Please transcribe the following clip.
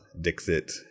Dixit